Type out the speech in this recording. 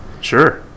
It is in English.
Sure